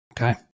Okay